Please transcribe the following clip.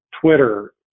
twitter